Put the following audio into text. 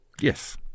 Yes